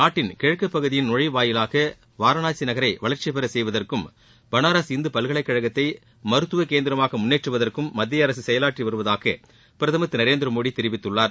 நாட்டின் கிழக்கு பகுதியின் நுழைவுவாயிலாக வாரணாசி நகரை வளர்ச்சி பெற செய்வதற்கும் பனாரஸ் இந்து பல்கலைக்கழகத்தை மருத்துவ கேந்திரமாக முன்னேற்றுவதற்கும் மத்தியஅரசு செயலாற்றி வருவதாக பிரதமர் திரு நரேந்திரமோடி தெரிவித்துள்ளார்